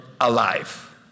alive